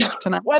tonight